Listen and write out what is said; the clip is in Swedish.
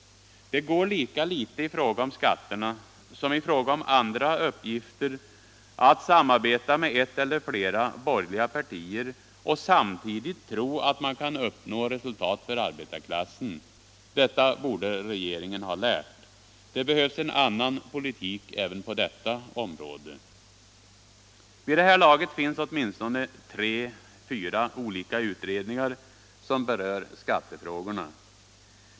Det går lika litet i fråga om skatterna som i fråga om andra uppgifter att samarbeta med ett borgerligt parti eller flera borgerliga partier och samtidigt tro att man kan uppnå resultat för arbetarklassen. Detta borde regeringen ha lärt. Det behövs en annan politik även på detta Allmänpolitisk debatt Allmänpolitisk debatt område. Vid det här laget finns åtminstone tre fyra olika utredningar som berör skattefrågorna.